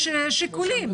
יש שיקולים.